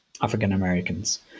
African-Americans